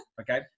Okay